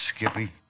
Skippy